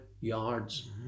yards